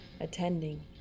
attending